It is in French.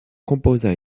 composa